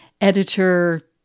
editor